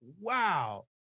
wow